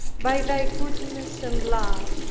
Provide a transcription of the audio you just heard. by thy goodness and love,